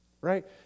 Right